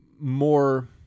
More